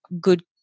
good